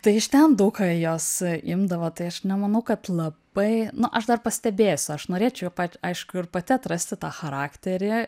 tai iš ten daug ką jos imdavo tai aš nemanau kad labai nu aš dar pastebėsiu aš norėčiau pat aišku ir pati atrasti tą charakterį